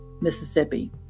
Mississippi